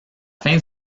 fin